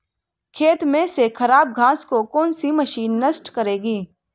खेत में से खराब घास को कौन सी मशीन नष्ट करेगी?